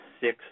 six